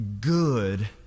good